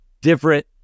different